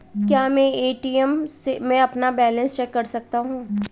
क्या मैं ए.टी.एम में अपना बैलेंस चेक कर सकता हूँ?